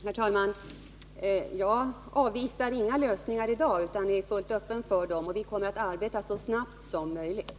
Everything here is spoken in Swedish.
Herr talman! Jag avvisar inga lösningar i dag utan är fullt öppen för olika alternativ, och vi kommer att arbeta så snabbt som möjligt.